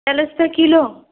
चालीस रूपया किलो